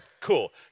Cool